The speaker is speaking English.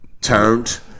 turned